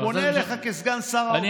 אני פונה אליך כסגן שר האוצר.